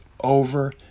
over